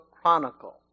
Chronicle